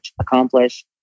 accomplish